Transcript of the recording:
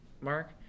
mark